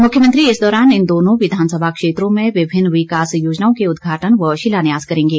मुख्यमंत्री इस दौरान इन दोनों विधानसभा क्षेत्रों में विभिन्न विकास योजनाओं के उद्घाटन व शिलान्यास करेंगे